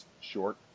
short